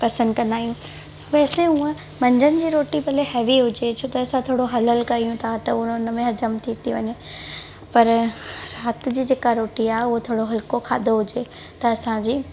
पसंदि कंदा आहियूं वैसे उहा मंझंदि जी रोटी भले हैवी हुजे छो त असां थोरो हलु हलु कयूं था त हु हुन में हज़मु थी थी वञे पर राति जी जेका रोटी आहे उहा थोरो हलिको खाधो हुजे त असांजी